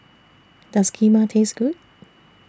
Does Kheema Taste Good